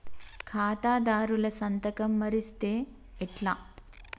ఖాతాదారుల సంతకం మరిస్తే ఎట్లా?